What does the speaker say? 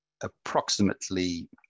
approximately